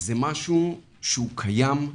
זה משהו שהוא קיים,